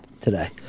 today